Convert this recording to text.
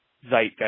zeitgeist